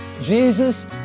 Jesus